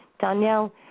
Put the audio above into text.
Danielle